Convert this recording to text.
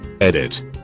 Edit